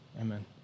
Amen